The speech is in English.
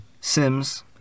Sims